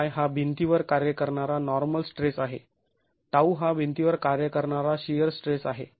σy हा भिंतीवर कार्य करणारा नॉर्मल स्ट्रेस आहे τ हा भिंतीवर कार्य करणारा शिअर स्ट्रेस आहे